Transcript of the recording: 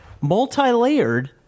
multi-layered